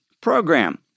program